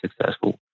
successful